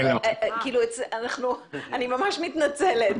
אני מסדר את